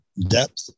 depth